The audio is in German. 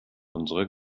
unserer